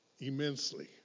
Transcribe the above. immensely